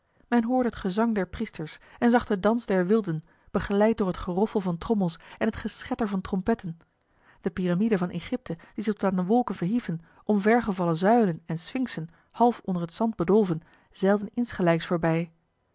men hoorde het gezang der priesters en zag den dans der wilden begeleid door het geroffel van trommels en het geschetter van trompetten de piramiden van egypte die zich tot aan de wolken verhieven omvergevallen zuilen en sfinxen half onder het zand bedolven zeilden insgelijks voorbij